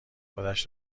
خودش